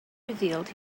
revealed